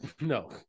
no